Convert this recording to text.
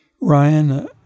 Ryan